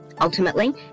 Ultimately